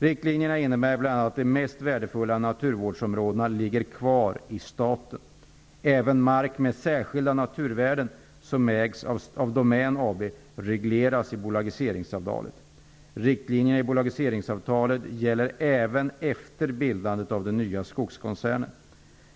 Riktlinjerna innebär bl.a. att de mest värdefulla naturvårdsområdena ligger kvar hos staten. Även mark med särskilda naturvärden som ägs av Domän AB regleras i bolagiseringsavtalet. Riktlinjerna i bolagiseringsavtalet gäller även efter bildandet av den nya skogskoncernen.